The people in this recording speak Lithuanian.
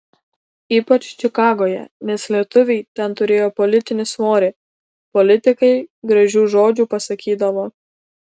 ypač čikagoje nes lietuviai ten turėjo politinį svorį politikai gražių žodžių pasakydavo